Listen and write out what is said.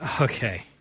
Okay